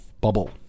bubble